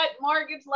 mortgage